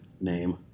name